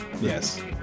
Yes